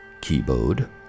keyboard